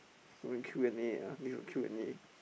want Q and A ah this one Q and A